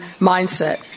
mindset